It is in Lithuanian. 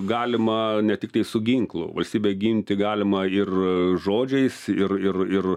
galima ne tiktai su ginklu valstybę ginti galima ir žodžiais ir ir ir